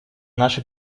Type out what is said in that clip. наша